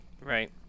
right